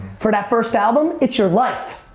for that first album, it's your life.